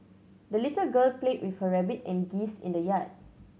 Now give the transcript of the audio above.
the little girl played with her rabbit and geese in the yard